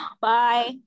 Bye